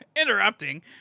Interrupting